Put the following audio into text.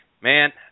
Man